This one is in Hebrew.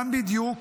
כאן בדיוק